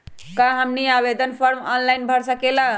क्या हमनी आवेदन फॉर्म ऑनलाइन भर सकेला?